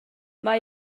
mae